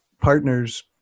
partners